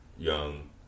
Young